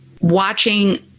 watching